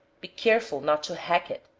be careful not to hack it,